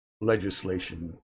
legislation